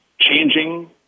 changing